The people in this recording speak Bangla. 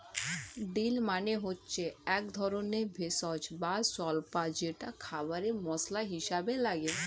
ডিল মানে হচ্ছে একধরনের ভেষজ বা স্বল্পা যেটা খাবারে মসলা হিসেবে লাগে